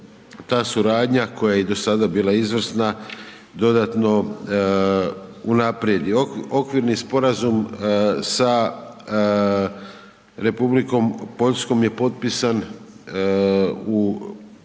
ta suradnja, koja je i do sada bila izvrsna, dodatno unaprijedi. Okvirni sporazum sa Republikom Poljskom je potpisan u